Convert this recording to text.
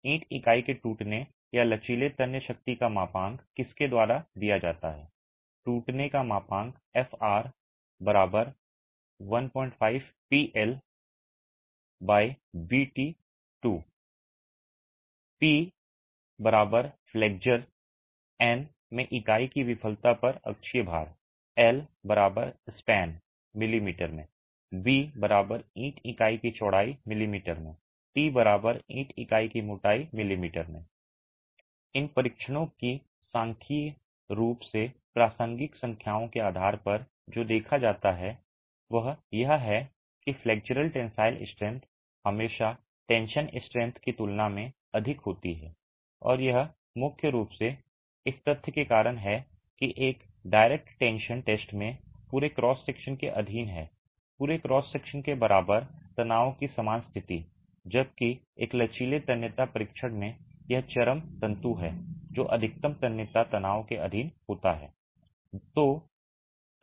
ईंट इकाई के टूटने या लचीले तन्य शक्ति का मापांक किसके द्वारा दिया जाता है टूटना के मापांक fr 15PL bt2 P flexure में इकाई की विफलता पर अक्षीय भार एल स्पैन मिमी बी ईंट इकाई की चौड़ाई मिमी टी ईंट इकाई की मोटाई मिमी इन परीक्षणों की सांख्यिकीय रूप से प्रासंगिक संख्याओं के आधार पर जो देखा जाता है वह यह है कि फ्लेक्सुरल टेंसिल स्ट्रेंथ हमेशा टेंशन स्ट्रेंथ स्ट्रेंथ की तुलना में अधिक होती है और यह मुख्य रूप से इस तथ्य के कारण है कि एक डायरेक्ट टेंशन टेस्ट में पूरे क्रॉस सेक्शन के अधीन है पूरे क्रॉस सेक्शन के बराबर तनाव की समान स्थिति जबकि एक लचीले तन्यता परीक्षण में यह चरम तंतु है जो अधिकतम तन्यता तनाव के अधीन होता है